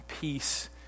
peace